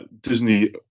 Disney